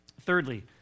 Thirdly